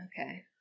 Okay